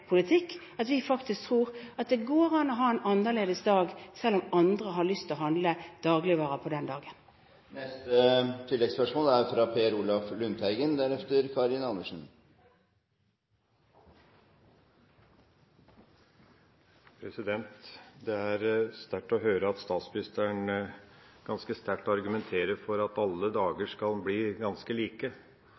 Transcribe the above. Vi tror at det går an å ha en annerledes dag, selv om andre har lyst til å handle dagligvarer den dagen. Per Olaf Lundteigen – til oppfølgingsspørsmål. Det er sterkt å høre at statsministeren ganske sterkt argumenterer for at alle dager skal bli ganske like